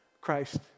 Christ